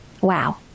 Wow